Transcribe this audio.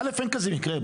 אין כזה מקרה.